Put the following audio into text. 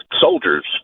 soldiers